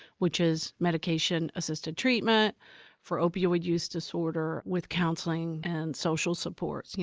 which is medication assisted treatment for opioid use disorder with counseling and social supports.